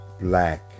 black